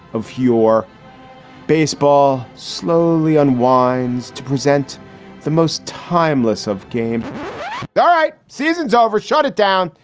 of your baseball slowly unwinds to present the most timeless of game all right. season's over. shut it down.